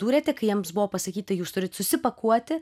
dūrėte kai jiems buvo pasakyta jūs turit susipakuoti